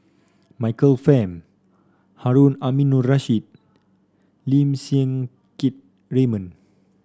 Michael Fam Harun Aminurrashid Lim Siang Keat Raymond